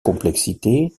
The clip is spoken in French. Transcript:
complexité